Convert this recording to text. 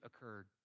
occurred